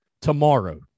tomorrow